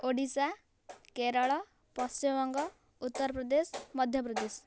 Odisha Kerala Paschimbanga Uttar Pradesh Madhya Pradesh